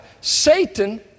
Satan